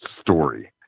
story